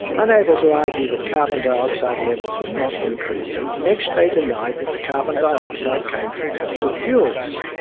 unable to argue that carbon dioxide levels were not increasing, next they denied that the carbon dioxide came from fossil fuels.